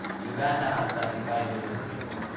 uganda has thirty five million people.